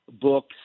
books